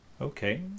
Okay